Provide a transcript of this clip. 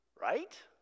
Right